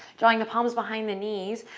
drawing the palms behind the knees,